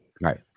Right